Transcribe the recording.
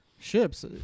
Ships